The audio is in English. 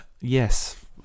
yes